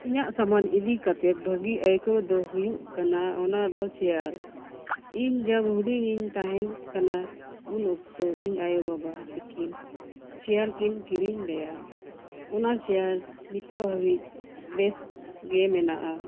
ᱤᱧᱟᱹᱜ ᱥᱟᱢᱟᱱ ᱤᱫᱤ ᱠᱟᱛᱮᱫ ᱵᱷᱟᱹᱜᱤ ᱟᱹᱭᱠᱟᱹᱣ ᱫᱚ ᱦᱩᱭᱩᱜ ᱠᱟᱱᱟ ᱚᱱᱟᱫᱚ ᱪᱮᱭᱟᱨ ᱤᱧ ᱡᱚᱵ ᱦᱩᱰᱤᱧ ᱛᱟᱦᱮᱱ ᱠᱟᱱᱟ ᱩᱱ ᱚᱠᱛᱚ ᱤᱧ ᱟᱭᱳᱼᱵᱟᱵᱟ ᱛᱟᱹᱠᱤᱱ ᱪᱮᱭᱟᱨ ᱠᱤᱱ ᱠᱤᱨᱤᱧ ᱞᱮᱜᱼᱟ ᱚᱱᱟ ᱪᱮᱭᱟᱨ ᱱᱤᱛᱳᱜ ᱦᱟᱹᱵᱤᱡ ᱵᱮᱥᱜᱮ ᱢᱮᱱᱟᱜᱼᱟ